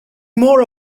more